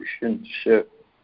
relationship